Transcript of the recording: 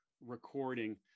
recording